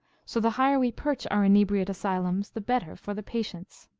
so the higher we perch our inebriate asylums, the better for the patients.